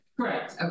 correct